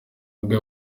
bwe